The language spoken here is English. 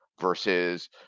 versus